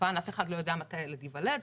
וכמובן אף אחד לא יודע מתי הילד ייוולד,